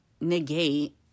negate